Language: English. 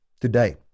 today